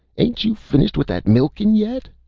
ain't you finished with that milking yet?